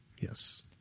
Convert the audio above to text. Yes